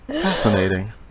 Fascinating